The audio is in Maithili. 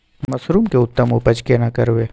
मसरूम के उत्तम उपज केना करबै?